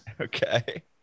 Okay